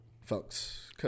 folks